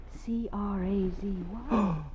C-R-A-Z-Y